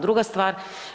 Druga stvar.